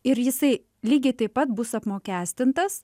ir jisai lygiai taip pat bus apmokestintas